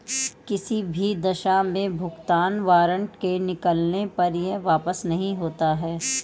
किसी भी दशा में भुगतान वारन्ट के निकलने पर यह वापस नहीं होता है